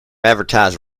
advertise